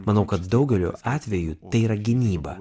manau kad daugeliu atveju tai yra gynyba